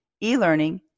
e-learning